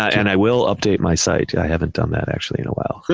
and i will update my site. i haven't done that actually in awhile,